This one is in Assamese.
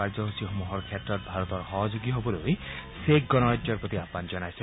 কাৰ্যসূচীসমূহৰ ক্ষেত্ৰত ভাৰতৰ সহযোগী হ'বলৈ চেক গণৰাজ্যৰ প্ৰতি আহান জনাইছে